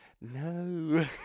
No